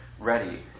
ready